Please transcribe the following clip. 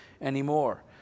anymore